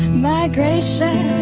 migration,